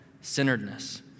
centeredness